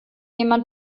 jemand